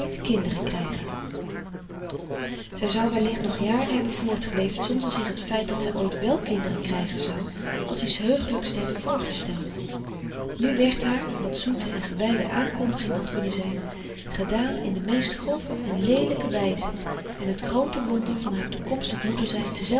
kinderen krijgen zij zou wellicht nog jaren hebben voortgeleefd zonder zich het feit dat zij ooit wel kinderen krijgen zou als iets heuchelijks te hebben voorgesteld nu werd haar wat zoete en gewijde aankondiging had kunnen zijn gedaan in de meest grove en leelijke wijze en het groote wonder van haar toekomstig